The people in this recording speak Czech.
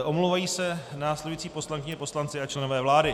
Omlouvají se následující poslankyně, poslanci a členové vlády: